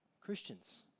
Christians